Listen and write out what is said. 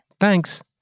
Thanks